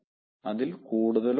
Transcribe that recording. അതിൽ കൂടുതലോ കാണാം